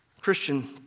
Christian